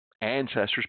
ancestors